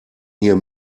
hier